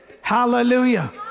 Hallelujah